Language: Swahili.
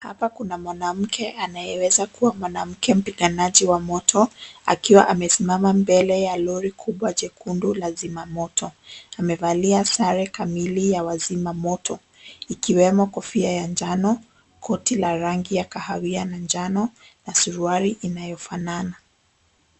Hapa kuna mwanamke anayeweza kuwa mwanamke mpiganaji wa moto, akiwa amesimama mbele ya lori kubwa jekundu la zima moto. Amevalia sare kamili ya wazima moto ikiwemo kofia ya njano ,koti la rangi ya kahawia na njano na suruali inayo fanana.